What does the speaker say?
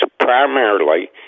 primarily